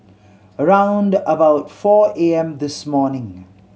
around about four A M this morning